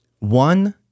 One